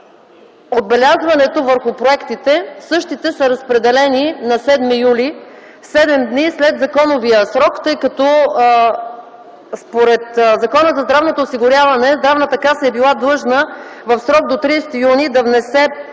отбелязването върху проектите, същите са разпределени на 7 юли – седем дни след законовия срок, тъй като, според Закона за здравното осигуряване, Здравната каса е била длъжна в срок до 30 юни да внесе